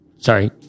Sorry